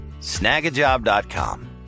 Snagajob.com